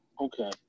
Okay